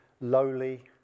lowly